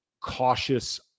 cautious